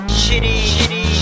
shitty